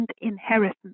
inheritance